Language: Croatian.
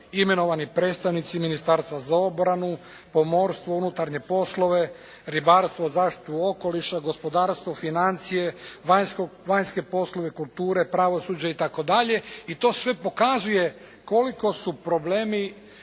imenovani predstavnici Ministarstva za obranu, pomorstvo, unutarnje poslove, ribarstvo, zaštitu okoliša, gospodarstvo, financije, vanjske poslove, kulture, pravosuđa itd. I to sve pokazuje koliko su problemi